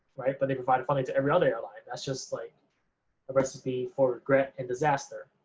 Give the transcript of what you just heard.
right, but they provided funding to every other airline that's just like a recipe for regret and disaster.